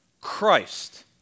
Christ